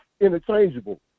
interchangeable